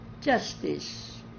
justice